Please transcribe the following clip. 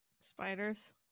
spiders